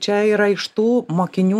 čia yra iš tų mokinių